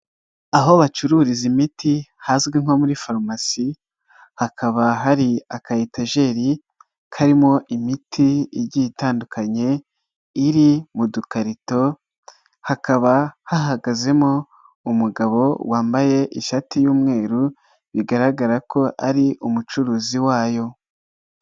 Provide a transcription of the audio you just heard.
Aho bacururiza imiti hazwi nko muri farumasi, hakaba hari akayetajeri karimo imiti igiye itandukanye iri mu dukarito, hakaba hahagazemo umugabo wambaye ishati y'umweru bigaragara ko ari umucuruzi wayo.